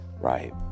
right